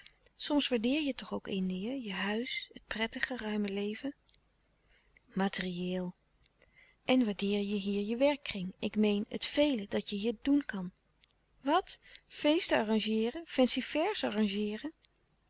soms waardeer je toch ook indië je huis het prettige ruime leven materieel en waardeer je hier je werkkring ik meen het vele dat je hier doen kan wat feesten arrangeeren fancy fairs arrangeeren